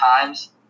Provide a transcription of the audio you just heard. times